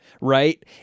right